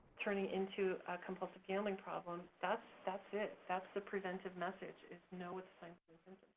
turning into a compulsive gambling problem, that's that's it, that's the preventive message is know what the